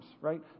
right